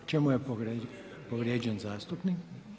U čemu je povrijeđen zastupnik?